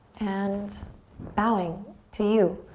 and bowing to you,